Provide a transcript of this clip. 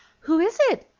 who is it?